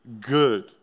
good